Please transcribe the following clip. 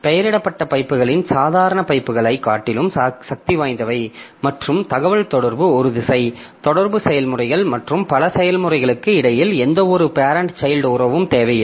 பெயரிடப்பட்ட பைப்புகள் சாதாரண பைப்புகளைக் காட்டிலும் சக்திவாய்ந்தவை மற்றும் தகவல்தொடர்பு இரு திசை தொடர்பு செயல்முறைகள் மற்றும் பல செயல்முறைகளுக்கு இடையில் எந்தவொரு பேரெண்ட் சைல்ட் உறவும் தேவையில்லை